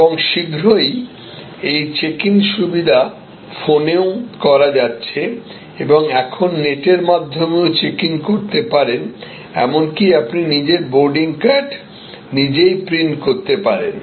এবং শীঘ্রই এই চেক ইন সুবিধা ফোনেও ও করা যাচ্ছে এবং এখন নেটের মাধ্যমেও চেক ইন করতে পারেন এমনকি আপনি নিজের বোর্ডিং কার্ড নিজেই প্রিন্ট করতে পারেন